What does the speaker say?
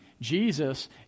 Jesus